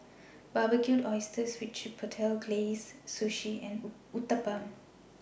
Barbecued Oysters with Chipotle Glaze Sushi and Uthapam